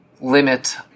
limit